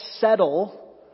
settle